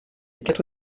quatre